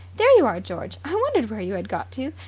there you are, george. i wondered where you had got to.